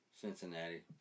Cincinnati